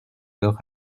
leur